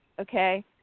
okay